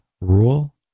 rule